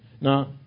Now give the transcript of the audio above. Now